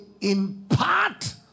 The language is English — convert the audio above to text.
impart